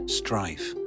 strife